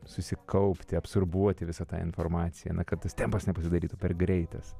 susikaupti absorbuoti visą tą informaciją na kad tas tempas nepasidarytų per greitas